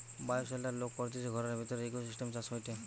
bioshelter লোক করতিছে ঘরের ভিতরের ইকোসিস্টেম চাষ হয়টে